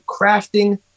crafting